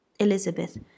Elizabeth